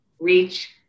reach